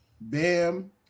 Bam